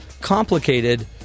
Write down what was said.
Complicated